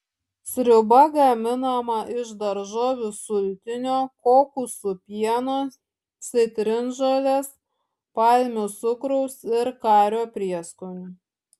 sriuba gaminama iš daržovių sultinio kokosų pieno citrinžolės palmių cukraus ir kario prieskonių